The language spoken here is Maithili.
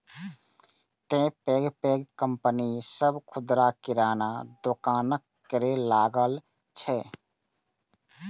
तें पैघ पैघ कंपनी सभ खुदरा किराना दोकानक करै लागल छै